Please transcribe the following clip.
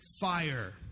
fire